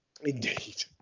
Indeed